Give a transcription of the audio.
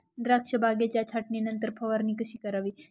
द्राक्ष बागेच्या छाटणीनंतर फवारणी कशी करावी?